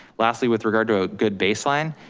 lastly, with regard to a good baseline,